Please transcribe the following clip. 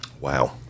Wow